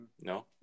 No